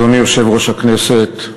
אדוני יושב-ראש הכנסת,